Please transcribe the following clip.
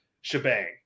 shebang